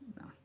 No